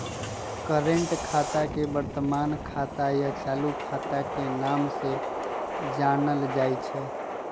current खाता के वर्तमान खाता या चालू खाता के नाम से जानल जाई छई